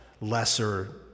lesser